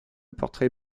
portrait